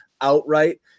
outright